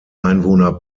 einwohner